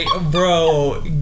bro